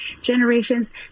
generations